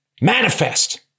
manifest